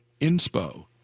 inspo